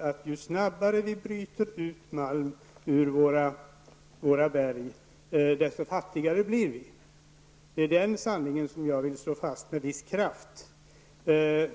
att ju snabbare vi bryter ut malm ur våra berg, desto fattigare blir vi. Det är den sanningen som jag med viss kraft vill slå fast.